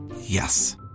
Yes